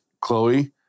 Chloe